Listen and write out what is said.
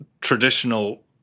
traditional